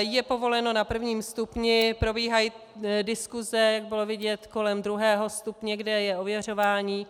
Je povoleno na prvním stupni, probíhají diskuse, bylo vidět kolem druhého stupně, kde je ověřování.